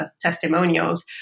testimonials